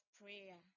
prayer